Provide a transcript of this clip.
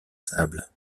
sable